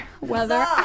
Weather